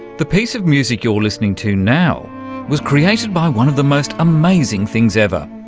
the piece of music you're listening to now was created by one of the most amazing things ever.